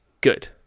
good